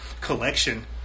collection